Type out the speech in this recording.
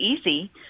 easy